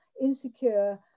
insecure